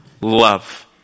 Love